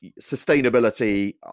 Sustainability